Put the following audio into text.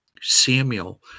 samuel